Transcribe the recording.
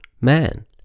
man